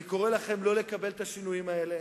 אני קורא לכם לא לקבל את השינויים האלה,